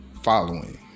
following